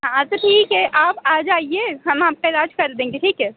हाँ तो ठीक है आप आ जाइए हम आपका इलाज कर देंगे ठीक है